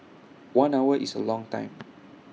one hour is A long time